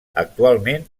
actualment